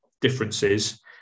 differences